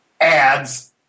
ads